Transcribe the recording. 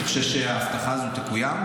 אתה חושב שההבטחה הזאת תקוים?